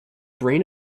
brain